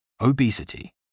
obesity